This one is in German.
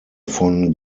von